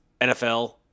NFL